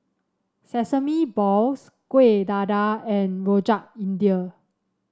Sesame Balls Kuih Dadar and Rojak India